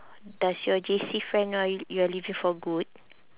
does your J_C friend know you are leaving for good